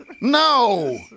no